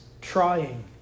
trying